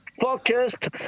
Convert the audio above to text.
focused